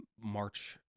march